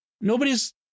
nobody's